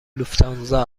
لوفتانزا